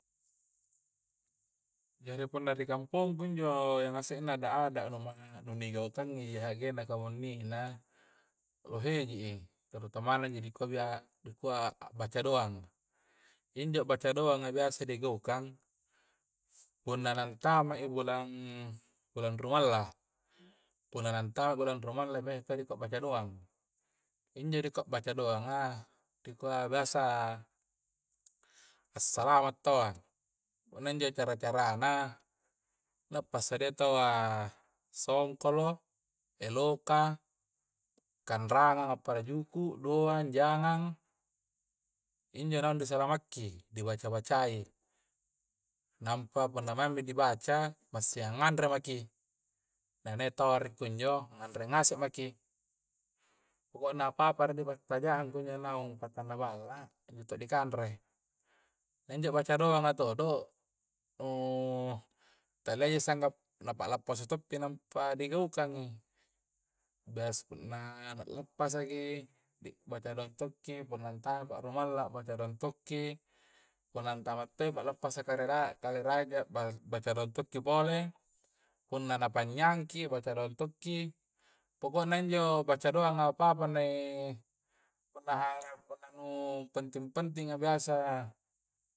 Jari punna ri kampogku injo iya ngasengi ada-ada a nu ma nu ni kagaingi i hagenna kammunina lohe ji i tarutamana injo dikua bia, dikua a' baca doa iya injo a' baca doa na biasa digaukang punna lantamai bulang, bulang rumalla', punna nantamai bulang rumalla bede ta kua dibaca doa injo ko dibaca doanga dikua biasa assalama taua punna injo cara-cara na nappasiada taua songkolo, e loka, kanrangang a pada juku, doang jangang injo naung di salamakki di baca-bacai nampa punna maengmi dibaca massing angnganre maki na ne taua rie kunjo anrengase maki pokona apa-apa ri padataja'ang kunjo naung patangnna balla a, itu to dikanre na injo baca doa ma anu todo, nu taliaji sanggap nappalapasa to' pi nampa digaukangi. biasa punna la'lappasaki di baca doa to'ki punna taba'a rumalla bacang doa to'ki, punna antama to'i palappasa kareha' karehaja baca doa to' ki pole punna nampanyangki baca doa to' ki, pokonya injo baca doanga apa-apa nai punna ha punna nu penting-pentingi biasa